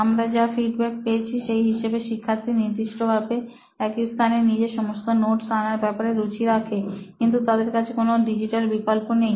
আমরা যা ফিডব্যাক পেয়েছি সেই হিসাবে শিক্ষার্থী নিশ্চিত ভাবে একই স্থানে নিজের সমস্ত নোটস আনার ব্যাপারে রুচি রাখে কিন্তু তাদের কাছে কোন ডিজিটাল বিকল্প নেই